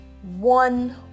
One